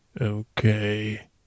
Okay